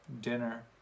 dinner